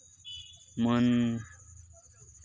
ᱢᱟᱹᱱ